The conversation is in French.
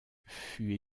fut